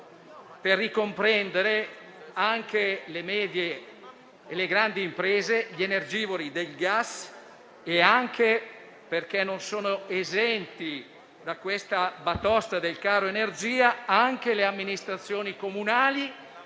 per ricomprendere anche le medie e le grandi imprese, gli energivori del gas, e anche - perché non sono esenti da questa batosta del caro energia - le amministrazioni comunali,